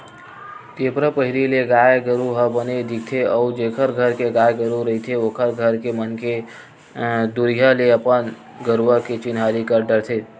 टेपरा पहिरे ले गाय गरु ह बने दिखथे अउ जेखर घर के गाय गरु रहिथे ओखर घर के मनखे दुरिहा ले अपन गरुवा के चिन्हारी कर डरथे